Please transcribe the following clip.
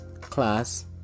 class